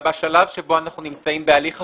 בשלב שבו אנחנו נמצאים בהליך החקיקה,